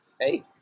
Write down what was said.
Hey